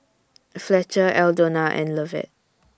Fletcher Aldona and Lovett